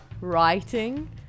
writing